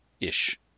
Ish